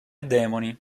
demoni